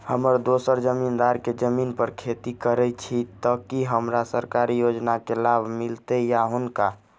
हम दोसर जमींदार केँ जमीन पर खेती करै छी तऽ की हमरा सरकारी योजना केँ लाभ मीलतय या हुनका?